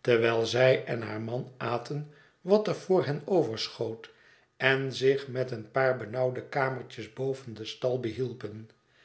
terwijl zij en haar man aten wat er voor hen overschoot en zich met een paar benauwde kamertjes boven den stal